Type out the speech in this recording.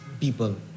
people